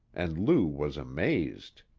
and lou was amazed.